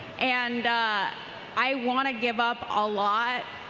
and i want to give up a lot.